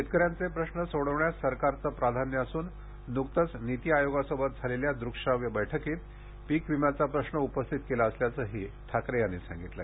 शेतकऱ्यांचे प्रश्न सोडवण्यास सरकारचे प्राधान्य असून नुकतेच नीती आयोगासोबत झालेल्या दृकश्राव्य बैठकीत पीक विम्याचा प्रश्न उपस्थित केला असल्याचेही ठाकरे यांनी सांगितले